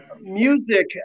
music